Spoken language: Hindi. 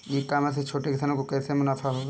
ई कॉमर्स से छोटे किसानों को कैसे मुनाफा होगा?